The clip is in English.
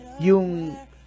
yung